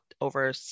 over